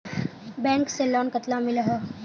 Bank से loan कतला मिलोहो?